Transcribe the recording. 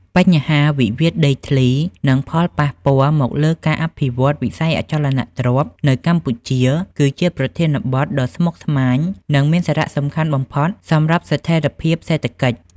បញ្ហាវិវាទដីធ្លី និងផលប៉ះពាល់មកលើការអភិវឌ្ឍវិស័យអចលនទ្រព្យនៅកម្ពុជា គឺជាប្រធានបទដ៏ស្មុគស្មាញ និងមានសារៈសំខាន់បំផុតសម្រាប់ស្ថិរភាពសេដ្ឋកិច្ច។